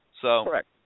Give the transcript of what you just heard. Correct